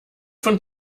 von